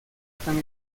tan